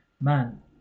man